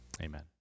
Amen